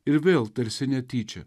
ir vėl tarsi netyčia